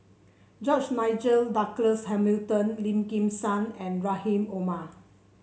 George Nigel Douglas Hamilton Lim Kim San and Rahim Omar